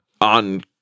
on